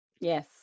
Yes